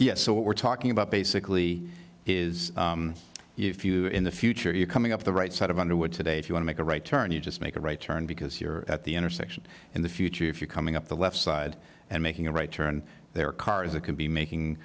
what we're talking about basically is if you in the future you coming up the right side of underwood today if you want make a right turn you just make a right turn because you're at the intersection in the future if you're coming up the left side and making a right turn there are cars that can be making